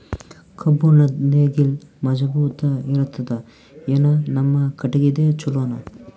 ಕಬ್ಬುಣದ್ ನೇಗಿಲ್ ಮಜಬೂತ ಇರತದಾ, ಏನ ನಮ್ಮ ಕಟಗಿದೇ ಚಲೋನಾ?